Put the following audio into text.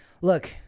Look